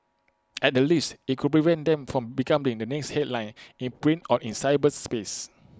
at the least IT could prevent them from becoming the next headline in print or in cyberspace